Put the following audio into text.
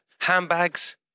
Handbags